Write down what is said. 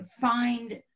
find